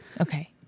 Okay